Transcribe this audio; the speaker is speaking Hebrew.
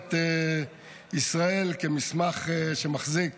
לממשלת ישראל כמסמך שמחזיק